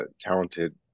talented